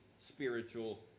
spiritual